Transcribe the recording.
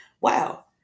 wow